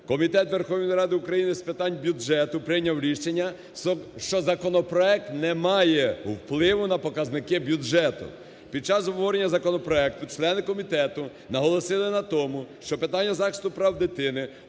Комітет Верховної Ради України з питань бюджету прийняв рішення, що законопроект не має впливу на показники бюджету. Під час обговорення законопроекту члени комітету наголосили на тому, що питання захисту прав дитини